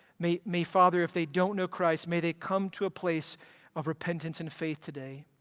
may may father, if they don't know christ, may they come to a place of repentance and faith today.